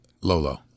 Lolo